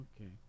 Okay